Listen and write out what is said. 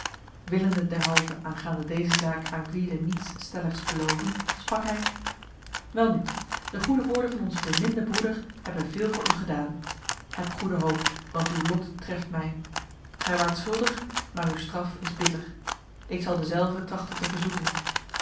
willende derhalve aangaande deze zaak aan gwyde niets stelligs beloven sprak hij welnu de goede woorden van onze beminde broeder hebben veel voor u gedaan heb goede hoop want uw lot treft mij gij waart schuldig maar uw straf is bitter ik zal dezelve trachten te verzoeten